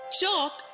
chalk